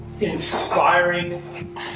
inspiring